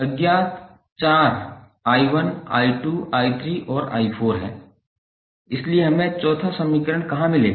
अज्ञात चार 𝑖1 𝑖2 𝑖3 और 𝑖4 हैं इसलिए हमें चौथा समीकरण कहां मिलेगा